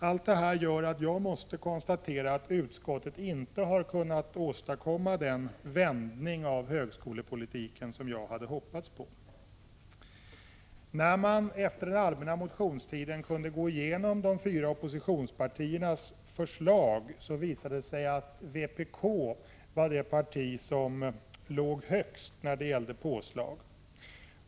Allt detta gör att jag måste konstatera att utskottet inte har kunnat åstadkomma den vändning av högskolepolitiken som jag hade hoppats på. När man efter den allmänna motionstiden gick igenom de fyra oppositionspartiernas förslag visade det sig att vpk var det parti som låg högst när det gällde påslag.